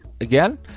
Again